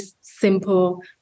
simple